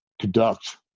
conduct